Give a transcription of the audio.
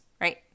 right